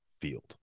FIELD